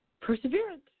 Perseverance